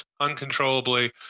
uncontrollably